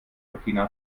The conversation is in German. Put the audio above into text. burkina